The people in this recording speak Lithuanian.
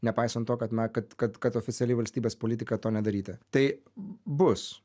nepaisant to kad na kad kad kad oficiali valstybės politika to nedaryti tai bus